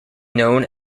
known